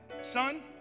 son